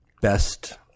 best